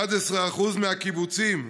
11% מהקיבוצים,